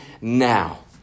now